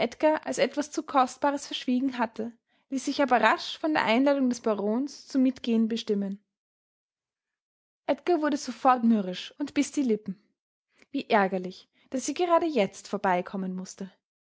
als etwas zu kostbares verschwiegen hatte ließ sich aber rasch von der einladung des barons zum mitgehen bestimmen edgar wurde sofort mürrisch und biß die lippen wie ärgerlich daß sie gerade jetzt vorbeikommen mußte